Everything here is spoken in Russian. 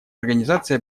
организации